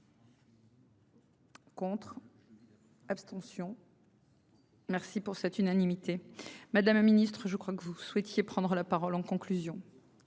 Contre. Abstention. Merci pour cette unanimité. Madame la ministre, je crois que vous souhaitiez prendre la parole en conclusion.